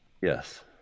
yes